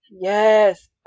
yes